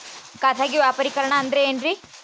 ಖಾಸಗಿ ವ್ಯಾಪಾರಿಕರಣ ಅಂದರೆ ಏನ್ರಿ?